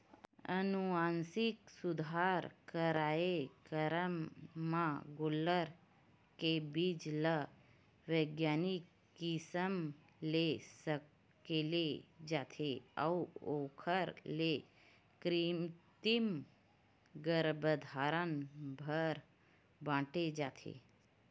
अनुवांसिक सुधार कारयकरम म गोल्लर के बीज ल बिग्यानिक किसम ले सकेले जाथे अउ ओखर ले कृतिम गरभधान बर बांटे जाथे